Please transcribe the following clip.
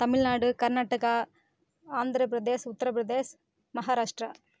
Tamil Nadu Karnataka Andhra Pradesh Uttar Pradesh Maharashtra